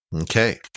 Okay